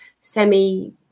semi